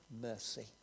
mercy